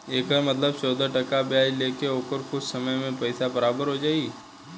एकर मतलब चौदह टका ब्याज ले के ओकर कुछ समय मे पइसा बराबर हो जाई